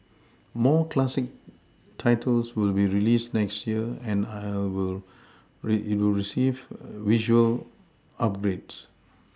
more Classic titles will be released next year and have will receive visual upgrades